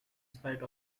spite